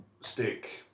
stick